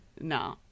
No